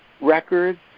records